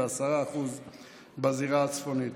ו-10% בזירה הצפונית.